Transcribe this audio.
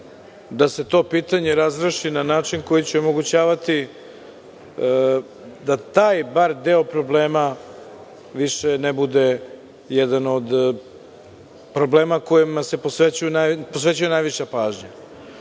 da se to pitanje razreši na način koji će omogućavati da bar taj deo problema više ne bude jedan od problema kojem se posvećuje najviša pažnja. Naravno